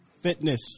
Fitness